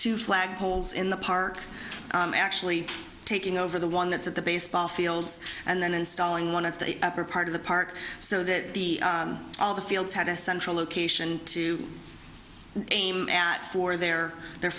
two flag poles in the park actually taking over the one that's at the baseball fields and then installing one of the upper part of the park so that all the fields had a central location to aim at for their their